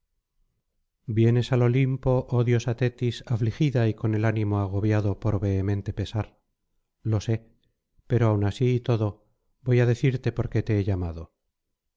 vienes al olimpo oh diosa tetis afligida y con el ánimo agobiado por vehemente pesar lo sé pero aun así y todo voy á decirte por qué te he llamado